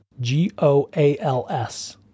G-O-A-L-S